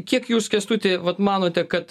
kiek jūs kęstuti vat manote kad